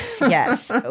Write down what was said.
yes